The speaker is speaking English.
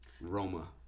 Roma